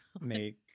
make